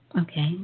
Okay